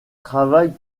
travaille